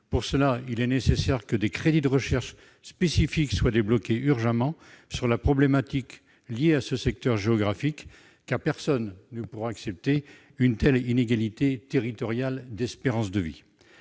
Pour cela, il est nécessaire que des crédits de recherche spécifiques soient débloqués urgemment sur la problématique liée à ce secteur géographique, car personne ne pourra accepter une telle inégalité territoriale d'espérance de vie.